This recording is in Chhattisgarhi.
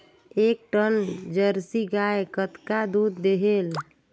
एक ठन जरसी गाय कतका दूध देहेल?